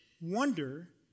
wonder